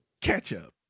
ketchup